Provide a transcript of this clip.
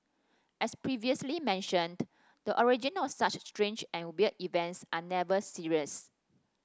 as previously mentioned the origin of such strange and weird events are never serious